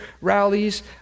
rallies